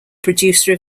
producer